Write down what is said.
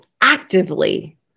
actively